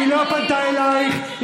חברת הכנסת שטרית, היא לא פנתה אלייך.